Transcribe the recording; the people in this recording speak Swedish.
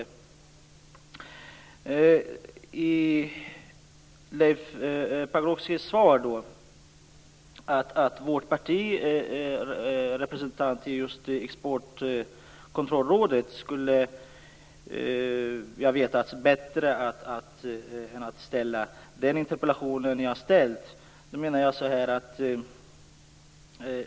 I sitt svar ger Leif Pagrotsky sken av att genom att vårt parti är representerat i Exportkontrollrådet skulle vi veta bättre än att framställa den här interpellationen.